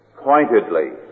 pointedly